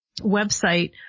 website